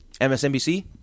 MSNBC